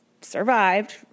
survived